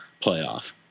playoff